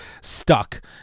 stuck